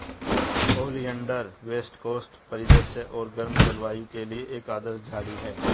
oleander west coast परिदृश्य और गर्म जलवायु के लिए एक आदर्श झाड़ी है